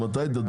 מפרטים.